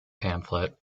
pamphlet